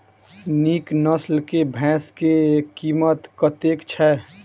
नीक नस्ल केँ भैंस केँ कीमत कतेक छै?